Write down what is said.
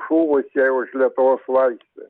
žuvusieji už lietuvos laisvę